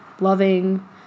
loving